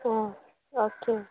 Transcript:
हा ऑके